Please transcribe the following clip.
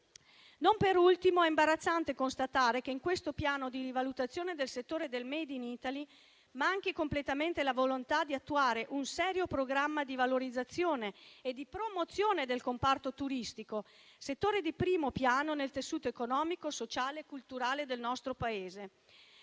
Non da ultimo, è imbarazzante constatare che in questo piano di rivalutazione del settore del *made in Italy* manchi completamente la volontà di attuare un serio programma di valorizzazione e di promozione del comparto turistico, un settore di primo piano nel tessuto economico, sociale e culturale del nostro Paese.